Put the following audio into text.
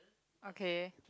okay